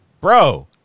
bro